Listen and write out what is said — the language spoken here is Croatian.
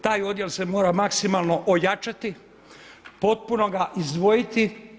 Taj odjel se mora maksimalno ojačati, potpuno ga izdvojiti.